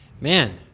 man